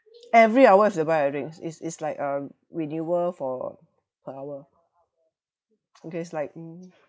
every hour has to buy a drinks it's it's like a renewal for per hour okay it's like mm